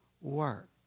work